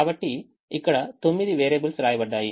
కాబట్టి ఇక్కడ తొమ్మిది వేరియబుల్స్ వ్రాయబడ్డాయి